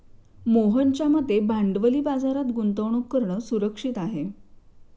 मोहनच्या मते भांडवली बाजारात गुंतवणूक करणं सुरक्षित आहे